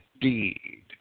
deed